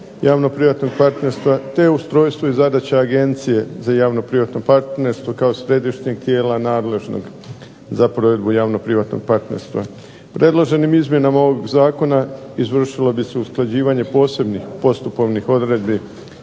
javno-privatnog partnerstva te ustrojstvo i zadaća Agencije za javno-privatno partnerstvo kao središnjeg tijela nadležnog za provedbu javno-privatnog partnerstva. Predloženim izmjenama ovog zakona izvršilo bi se usklađivanje posebnih postupovnih odredbi